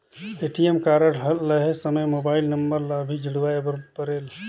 ATM card लहे समय mobile number ला भी जुड़वाए बर परेल?